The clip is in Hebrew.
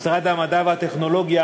משרד המדע והטכנולוגיה